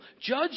Judge